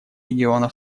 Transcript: региона